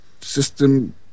system